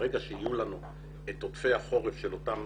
וברגע שיהיו לנו את עודפי החורף אליהם